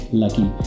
lucky